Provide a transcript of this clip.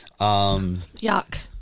yuck